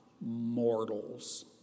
mortals